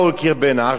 עכשיו באות